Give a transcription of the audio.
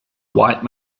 white